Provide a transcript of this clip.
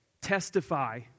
testify